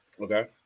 Okay